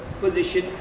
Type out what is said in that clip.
position